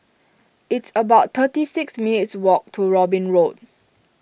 it's about thirty six minutes' walk to Robin Road